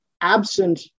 absent